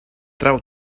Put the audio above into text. trau